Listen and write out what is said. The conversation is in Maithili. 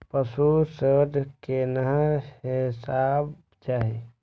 पशु शेड केहन हेबाक चाही?